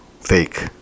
fake